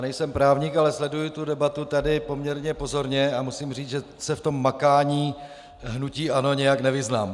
Nejsem právník, ale sleduji tu debatu tady poměrně pozorně a musím říct, že se v tom makání hnutí ANO nějak nevyznám.